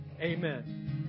Amen